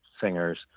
singers